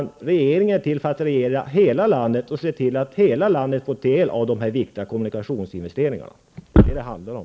Regeringen är till för att regera över hela landet och se till att hela landet får del av dessa viktiga kommunikationsinvesteringar. Det är vad det handlar om.